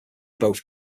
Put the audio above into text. both